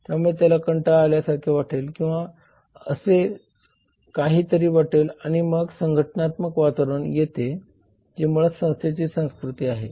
त्यामुळे त्याला कंटाळा आल्या सारखे वाटेल किंवा असेच काही तरी वाटेल आणि मग संघटनात्मक वातावरण येते जे मुळात संस्थेची संस्कृती आहे